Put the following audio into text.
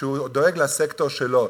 שהוא דואג לסקטור שלו.